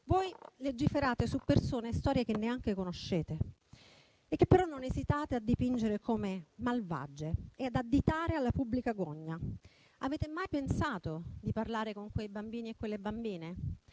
Legiferate su persone e storie che neanche conoscete e che, però, non esitate a dipingere come malvage e a mettere alla pubblica gogna. Avete mai pensato di parlare con quei bambini e quelle bambine?